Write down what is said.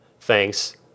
Thanks